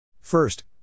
First